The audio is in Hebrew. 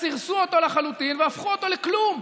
סירסו אותו לחלוטין והפכו אותו לכלום.